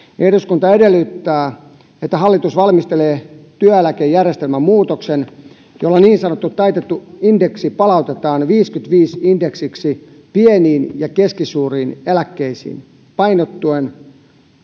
eduskunta edellyttää että hallitus valmistelee työeläkejärjestelmän muutoksen jolla niin sanottu taitettu indeksi palautetaan viisikymmentä viiva viisikymmentä indeksiksi pieniin ja keskisuuriin eläkkeisiin painottuen